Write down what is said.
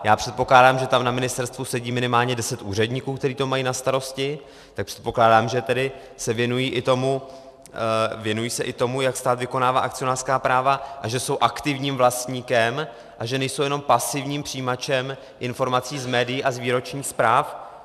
Já předpokládám, že tam na ministerstvu sedí minimálně deset úředníků, kteří to mají na starosti, tak předpokládám, že se věnují i tomu, jak stát vykonává akcionářská práva, a že jsou aktivním vlastníkem a že nejsou jenom pasivním přijímačem informací z médií a z výročních zpráv.